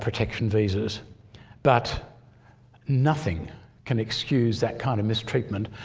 protection visas but nothing can excuse that kind of mistreatment,